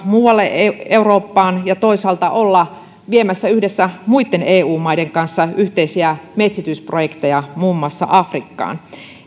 muualle eurooppaan ja toisaalta olla viemässä yhdessä muitten eu maiden kanssa yhteisiä metsitysprojekteja muun muassa afrikkaan